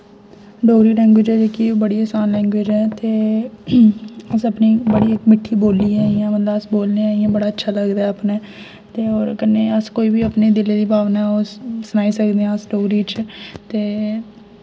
Dogri language जेह्ड़ी कि बड़ी असान लैंग्वेज ऐ एह् इक बड़ी मिट्ठी बोली ऐ अस इस्सी बोलने अस इ'यां बड़ा अच्छा लगदा अपने ते होर कन्ने अस अपने दिले दी भावना सने सकने आं अस डोगरी च ते